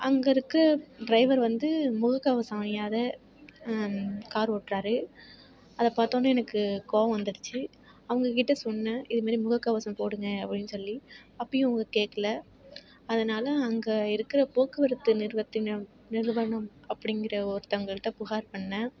அங்கே இருக்கற ட்ரைவர் வந்து முகக்கவசம் அணியாத கார் ஓட்டுறாரு அதை பார்த்தோன்னே எனக்கு கோவம் வந்துடுச்சு அவங்ககிட்ட சொன்னேன் இது மாரி முகக்கவசம் போடுங்க அப்படின்னு சொல்லி அப்போயும் அவங்க கேட்கல அதனால் அங்கே இருக்கிற போக்குவரத்து நிறுவத்தின் நிறுவனம் அப்படிங்கிற ஒருத்தவங்கள்ட்ட புகார் பண்ணிணேன்